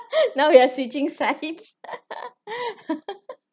now you are switching sides